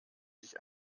sich